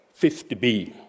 50b